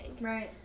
Right